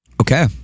Okay